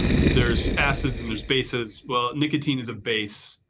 there's acids and those bases. well, nicotine is a base.